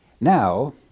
Now